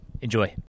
Enjoy